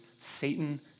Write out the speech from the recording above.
Satan